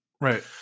Right